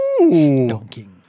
Stonking